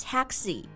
Taxi